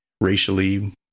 racially